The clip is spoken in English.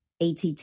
att